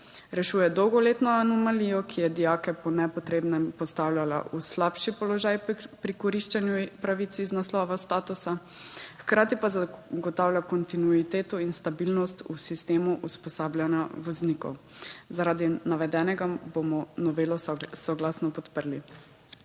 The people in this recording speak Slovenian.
Rešuje dolgoletno anomalijo, ki je dijake po nepotrebnem postavljala v slabši položaj pri koriščenju pravic iz naslova statusa, hkrati pa zagotavlja kontinuiteto in stabilnost v sistemu usposabljanja voznikov. Zaradi navedenega bomo novelo soglasno podprli.